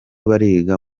bariga